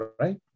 right